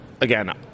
again